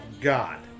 God